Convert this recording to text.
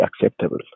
acceptable